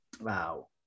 Wow